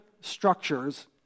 structures